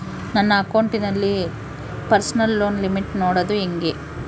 ನನ್ನ ಅಕೌಂಟಿನಲ್ಲಿ personal loan limit ನೋಡದು ಹೆಂಗೆ?